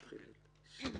בבקשה.